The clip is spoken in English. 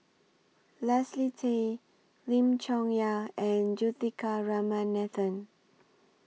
Leslie Tay Lim Chong Yah and Juthika Ramanathan